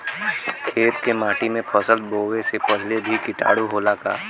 खेत के माटी मे फसल बोवे से पहिले भी किटाणु होला का?